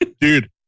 Dude